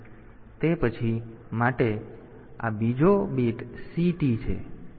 તેથી તે પછી માટે આ બીજો બીટ CT છે